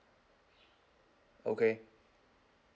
okay